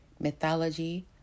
mythology